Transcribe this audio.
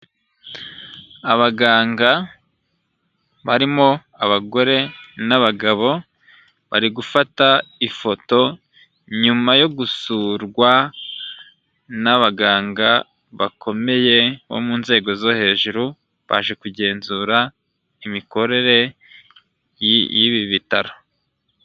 Abaganga barimo abagore n'abagabo, bari gufata ifoto nyuma yo gusurwa n'abaganga bakomeye bo mu nzego zo hejuru baje kugenzura imikorere y'ibi bitaro.